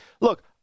look